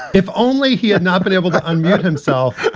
if only he had not been able to unmuted himself